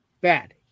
bad